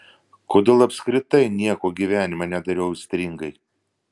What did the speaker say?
kodėl apskritai nieko gyvenime nedariau aistringai